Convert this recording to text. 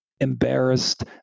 embarrassed